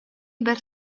бэрт